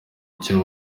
ibyo